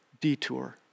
detour